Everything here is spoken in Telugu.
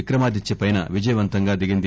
విక్రమాదిత్య పైన విజయవంతంగా దిగింది